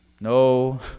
No